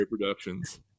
productions